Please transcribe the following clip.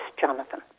Jonathan